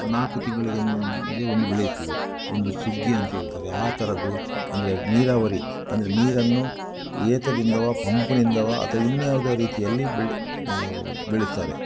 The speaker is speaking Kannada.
ನಾಲ್ಕು ತಿಂಗಳಿಗೆ ಒಂದೇ ಒಂದು ಬೆಳೆಯುತ್ತದೆ ಒಂದು ಸುಗ್ಗಿ ಅಂತೇಳ್ತಾರೆ ಆ ಥರದ್ದು ಅಂದರೆ ನೀರಾವರಿ ಅಂದರೆ ನೀರನ್ನು ಏತದಿಂದಲೋ ಪಂಪ್ನಿಂದವೋ ಅಥವಾ ಇನ್ಯಾವುದೋ ರೀತಿಯಲ್ಲಿ ಬೆಳೆ ಬೆಳೆಸ್ತಾರೆ